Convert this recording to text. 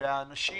והאנשים